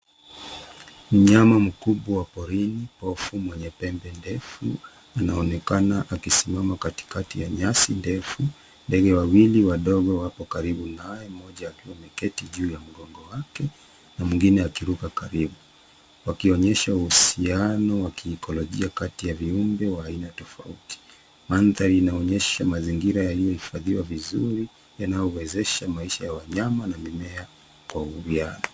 Mnyama mkubwa wa porini kwa ufu mwenye pembe ndefu inaonekana akisimama katikati ya nyasi ndefu ,ndege wawili wadogo wapo karibu naye mmoja akionekana juu ya mgongo wake na mwingine akiruka karibu. wakionyesha uhusiano wa kiikolojia kati ya viumbe wa aina tofauti mandhari inaonyesha mazingira yaliyohifadhiwa vizuri yanayowezesha maisha ya wanyama na mimea.